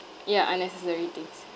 ya unnecessary things